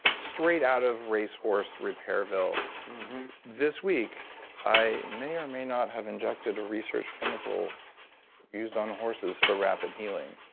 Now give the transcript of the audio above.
straight out of race horse repairville this week i may or may not have injected a research chemical used on horses for rapid healing.